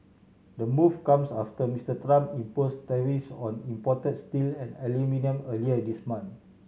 the move comes after Mister Trump imposed tariffs on imported steel and aluminium earlier this month